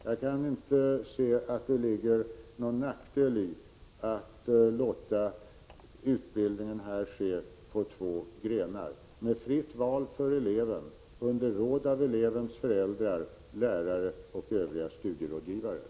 Jag kan inte se att det ligger någon nackdel i att låta utbildningen ske på två grenar med fritt val för eleven och med råd av elevens föräldrar, lärare och övriga studierådgivare.